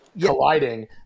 colliding